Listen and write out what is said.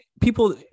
people